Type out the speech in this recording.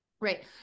Right